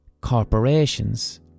...corporations